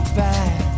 back